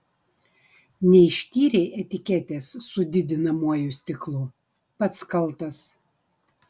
neištyrei etiketės su didinamuoju stiklu pats kaltas